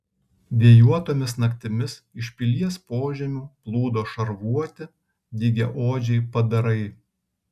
vėjuotomis naktimis iš pilies požemių plūdo šarvuoti dygiaodžiai padarai